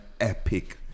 epic